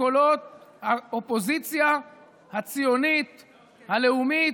בקולות האופוזיציה הציונית הלאומית,